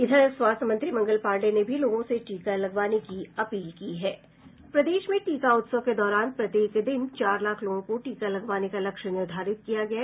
इधर स्वास्थ्य मंत्री मंगल पांडेय ने भी लोगों से टीका लगवाने की अपील की है प्रदेश में टीका उत्सव के दौरान प्रत्येक दिन चार लाख लोगों को टीका लगाने का लक्ष्य निर्धारित किया है